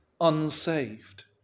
unsaved